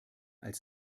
als